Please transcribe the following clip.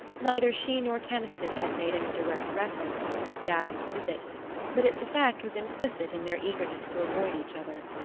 neither she nor keniston had made any direct reference to mrs. davant's visit but its effect was implicit in their eagerness to avoid each other.